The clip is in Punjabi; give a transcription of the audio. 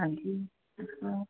ਹਾਂਜੀ ਦੱਸੋ